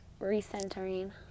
recentering